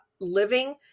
living